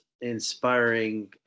inspiring